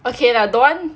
okay lah don't want